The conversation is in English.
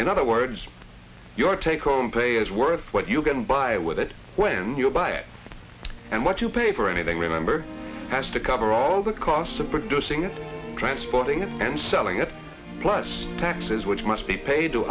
in other words your take home pay is worth what you can buy with it when you buy it and what you pay for anything remember has to cover all the costs of producing it transporting it and selling it plus taxes which must be paid to